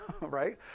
right